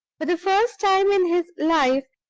for the first time in his life,